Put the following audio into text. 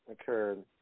Occurred